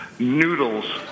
Noodles